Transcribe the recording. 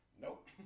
nope